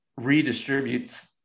redistributes